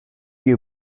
you